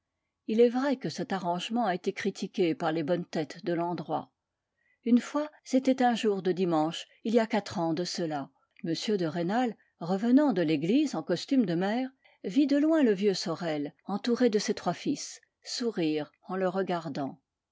il est vrai que cet arrangement a été critiqué par les bonnes têtes de l'endroit une fois c'était un jour de dimanche il y a quatre ans de cela m de rênal revenant de l'église en costume de maire vit de loin le vieux sorel entouré de ses trois fils sourire en le regardant